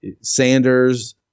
Sanders